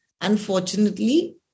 unfortunately